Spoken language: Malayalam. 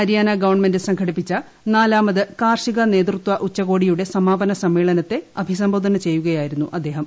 ഹരിയാന ഗവ്ടൺമെന്റ് സംഘടിപ്പിച്ച നാലാമത് കാർഷിക നേതൃത്വ ഉച്ചക്ട്രിയുടെ സമാപന സമ്മേളനത്തെ അഭിസംബോധന ചെയ്യുകയായിരുന്നു അദ്ദേഹം